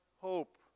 hope